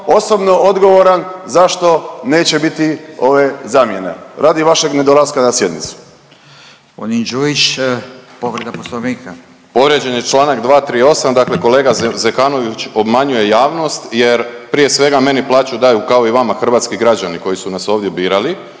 osobno odgovoran zašto neće biti ove zamjene, radi vašeg nedolaska na sjednicu. **Radin, Furio (Nezavisni)** Gospodin Đujić povreda Poslovnika. **Đujić, Saša (SDP)** Povrijeđen je čl. 238., dakle kolega Zekanović obmanjuje javnost jer prije svega meni plaću daju kao i vama hrvatski građani koji su nas ovdje birali